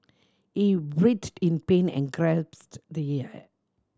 he writhed in pain and gasped the air